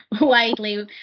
widely